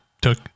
took